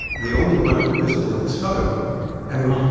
the only one ah visible in this photo and there were,